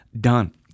done